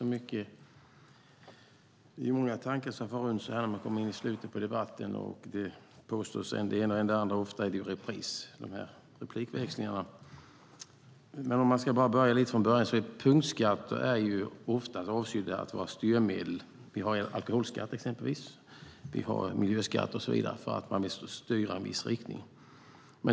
Fru talman! Det är många tankar som far runt när man kommer in så här i slutet på debatten och det påstås än det ena och än det andra. Ofta är replikväxlingarna repriser. Punktskatter är ofta avsedda att vara styrmedel. Vi har exempelvis alkoholskatt och miljöskatt för att man vill styra i en viss riktning.